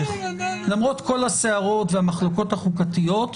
למרות כל הסערות והמחלוקות החוקתיות,